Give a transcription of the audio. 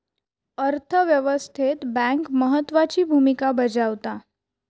अर्थ व्यवस्थेत बँक महत्त्वाची भूमिका बजावता